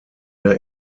der